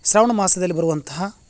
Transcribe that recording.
ಶ್ರಾವಣ ಮಾಸದಲ್ಲಿ ಬರುವಂತಹ